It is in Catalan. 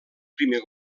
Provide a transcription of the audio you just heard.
primer